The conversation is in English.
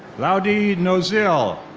loudie noezile.